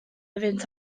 iddynt